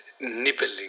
nibbling